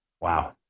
Wow